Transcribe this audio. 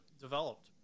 developed